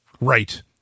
right